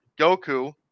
Goku